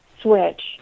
switch